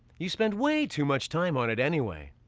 you spend way too much time on it anyway.